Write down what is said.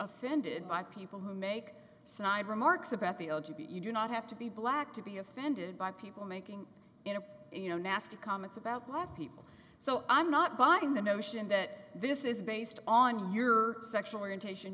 offended by people who make snide remarks about the oh to be you do not have to be black to be offended by people making you know you know nasty comments about black people so i'm not buying the notion that this is based on your sexual orientation